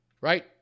right